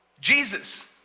Jesus